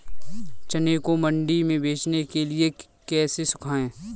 चने को मंडी में बेचने के लिए कैसे सुखाएँ?